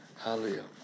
Hallelujah